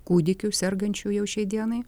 kūdikių sergančių jau šiai dienai